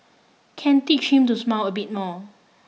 can teach him to smile a bit more